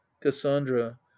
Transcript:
cassandra